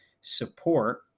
support